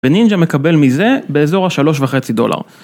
ונינג'ה מקבל מזה באזור ה-3.5 דולר.